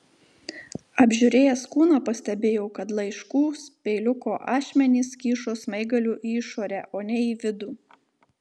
apžiūrėjęs kūną pastebėjau kad laiškų peiliuko ašmenys kyšo smaigaliu į išorę o ne į vidų